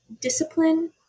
discipline